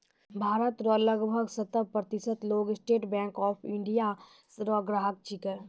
भारत रो लगभग सत्तर प्रतिशत लोग स्टेट बैंक ऑफ इंडिया रो ग्राहक छिकै